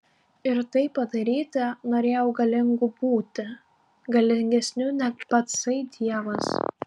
ir tai padaryti norėjau galingu būti galingesniu neg patsai dievas